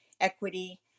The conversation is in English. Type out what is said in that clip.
equity